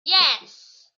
yes